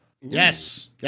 Yes